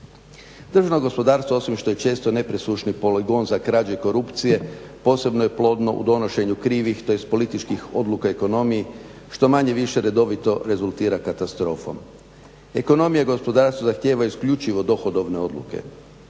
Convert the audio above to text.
Državno gospodarstvo osim što je često nepresušni poligon za krađu i korupcije, posebno je plodno u donošenju krivih tj. političkih odluka u ekonomiji što manje-više redovito rezultira katastrofom. Ekonomija gospodarstva zahtjeva isključivo dohodovne odluke,